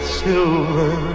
silver